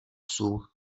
psů